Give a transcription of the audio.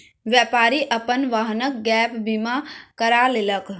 व्यापारी अपन वाहनक गैप बीमा करा लेलक